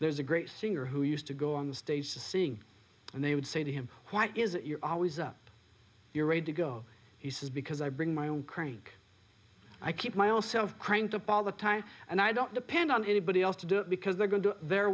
there's a great singer who used to go on the stage to sing and they would say to him why is it you're always up your rate to go he says because i bring my own crank i keep my own self cranked up all the time and i don't depend on anybody else to do it because they're going to their